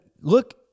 look